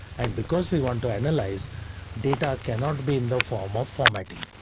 and because we want to analyze data, cannot be in the form of formatting.